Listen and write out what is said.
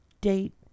date